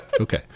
okay